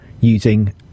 using